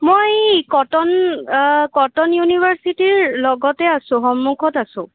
মই Cotton Cotton ইউনিৰ্ভাচিটিৰ লগতে আছো সন্মুখত আছো